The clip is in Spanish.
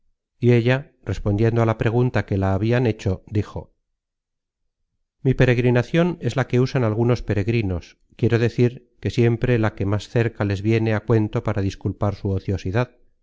y ella respondiendo a la pregunta que la habian hecho dijo mi peregrinacion es la que usan algunos peregrinos quiero decir que siempre es la que más cerca les viene á cuento para disculpar su ociosidad